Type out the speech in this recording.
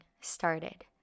started